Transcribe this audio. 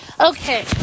Okay